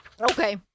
Okay